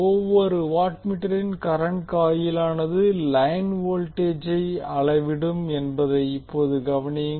ஒவ்வொரு வாட் மீட்டரின் கரண்ட் காயிலானது லைன் வோல்டேஜை அளவிடும் என்பதை இப்போது கவனியுங்கள்